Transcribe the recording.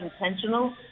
intentional